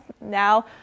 now